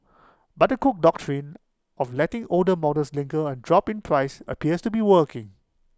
but the cook Doctrine of letting older models linger and drop in price appears to be working